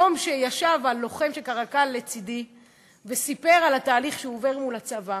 היום ישב לוחם של "קרקל" לצדי וסיפר על התהליך שהוא עובר מול הצבא,